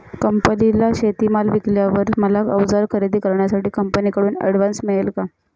कंपनीला शेतीमाल विकल्यावर मला औजारे खरेदी करण्यासाठी कंपनीकडून ऍडव्हान्स मिळेल का?